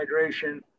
hydration